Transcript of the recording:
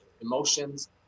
emotions